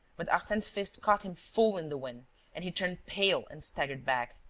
but arsene's fist caught him full in the wind and he turned pale and staggered back.